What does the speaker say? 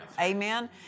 Amen